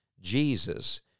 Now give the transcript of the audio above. Jesus